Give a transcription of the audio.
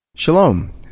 Shalom